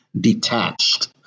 detached